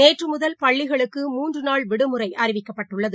நேற்றுமுதல் பள்ளிகளுக்கு மூன்றுநாள் விடுமுறைஅறிவிக்க்ப்பட்டுள்ளது